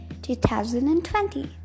2020